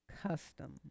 custom